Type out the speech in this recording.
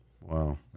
Wow